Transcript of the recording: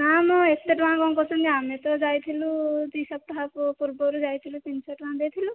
ନା ମ ଏତେ ଟଙ୍କା କ'ଣ କହୁଛନ୍ତି ଆମେ ତ ଯାଇଥିଲୁ ଦୁଇ ସପ୍ତାହ ପୂର୍ବରୁ ଯାଇଥିଲୁ ତିନିଶହ ଟଙ୍କା ଦେଇଥିଲୁ